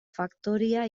faktoria